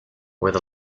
with